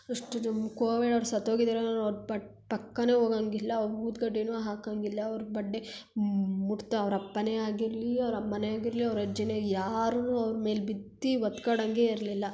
ಅಷ್ಟು ನಮ್ಮ ಕೋವಿಡವ್ರು ಸತ್ತೋಗಿದಾರೆ ಅವ್ರ ಪಟ್ ಪಕ್ಕವೇ ಹೋಗಂಗಿಲ್ಲ ಊದುಕಡ್ಡಿನೂ ಹಾಕಂಗಿಲ್ಲ ಅವ್ರ ಬಡ್ಡೆ ಮುಟ್ತಾ ಅವ್ರ ಅಪ್ಪನೇ ಆಗಿರಲಿ ಅವ್ರ ಅಮ್ಮನೇ ಆಗಿರಲಿ ಅವ್ರ ಅಜ್ಜಿಯೇ ಯಾರೂ ಅವ್ರ ಮೇಲೆ ಬಿದ್ದು ಒತ್ಕಡಂಗೆ ಇರಲಿಲ್ಲ